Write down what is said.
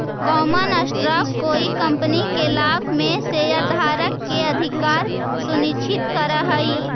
common stock कोई company के लाभ में शेयरधारक के अधिकार सुनिश्चित करऽ हई